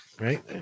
right